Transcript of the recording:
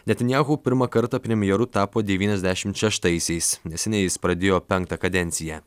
netanjahu pirmą kartą premjeru tapo devyniasdešimt šeštaisiais neseniai jis pradėjo penktą kadenciją